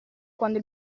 quando